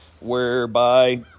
Whereby